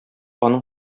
аның